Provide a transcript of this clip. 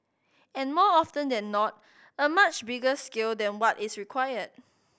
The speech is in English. and more often than not a much bigger scale than what is required